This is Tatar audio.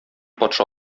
патша